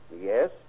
Yes